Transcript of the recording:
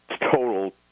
total